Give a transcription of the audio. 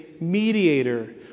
mediator